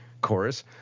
Chorus